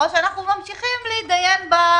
או ממשיכים להידיין.